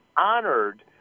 honored